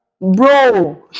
Bro